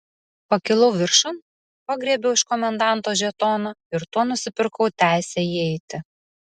pakilau viršun pagriebiau iš komendanto žetoną ir tuo nusipirkau teisę įeiti